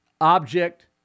object